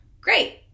Great